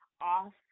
off